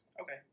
Okay